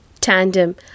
tandem